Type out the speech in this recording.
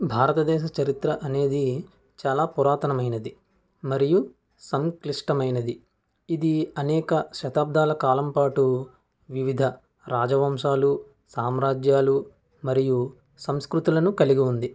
భారతదేశ చరిత్ర అనేది చాలా పురాతనమైనది మరియు సంక్లిష్టమైనది ఇది అనేక శతాబ్దాల కాలం పాటు వివిధ రాజవంశాలు సామ్రాజ్యాలు మరియు సంస్కృతులను కలిగి ఉంది